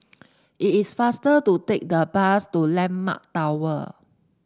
it is faster to take the bus to landmark Tower